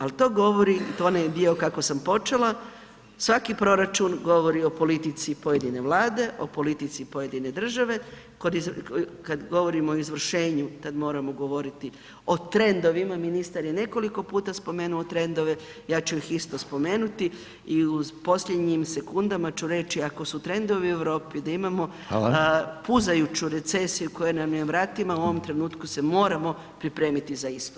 Ali to govori, to je onaj dio kako sam počela, svaki proračun govori o politici pojedine vlade, o politici pojedine države, kad govorimo o izvršenju, tad moramo govoriti o trendovima, ministar je nekoliko puta spomenuo trendove, ja ću ih isto spomenuti i u posljednjim sekundama ću reći, ako su trendovi u Europi da imamo [[Upadica: Hvala.]] puzajuću recesiju koja nam je na vratima, u ovom trenutku se moramo pripremiti za istu.